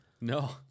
No